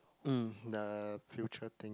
mm the future things